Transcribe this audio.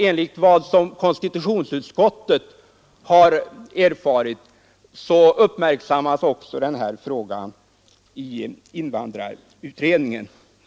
Enligt vad konstitutionsutskottet erfarit uppmärksammas denna fråga också i invandrarutredningen.